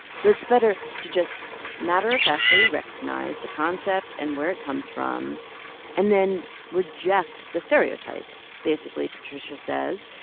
so it's better to just matter-of-factly recognize the concept and where it comes from and then reject the stereotype. basically, patricia says,